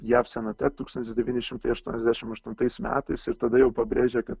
jav senate tūkstantis devyni šimtai aštuoniasdešim aštuntais metais ir tada jau pabrėžė kad